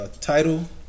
Title